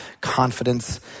confidence